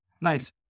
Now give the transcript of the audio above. Nice